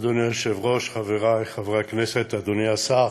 אדוני היושב-ראש, חברי חברי הכנסת, אדוני השר,